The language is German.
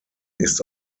ist